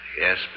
Yes